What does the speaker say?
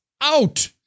out